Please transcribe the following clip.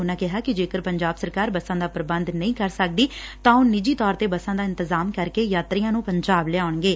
ਉਨੂਾਂ ਕਿਹਾ ਕਿ ਜੇਕਰ ਪੰਜਾਬ ਸਰਕਾਰ ਬਸਾਂ ਦਾ ਪ੍ਬੰਧ ਨਹੀ ਕਰ ਸਕਦੀ ਤਾਂ ਉਹ ਨਿੱਜੀ ਤੌਰ ਤੇ ਬੱਸਾਂ ਦਾ ਇੰਤਜਾਮ ਕਰਕੇ ਯਾਤਰੀਆਂ ਨੂੰ ਪੰਜਾਬ ਲਿਆਉਣਗੇ